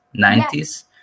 90s